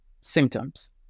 symptoms